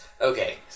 Okay